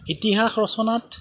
ইতিহাস ৰচনাত